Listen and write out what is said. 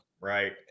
Right